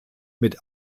mit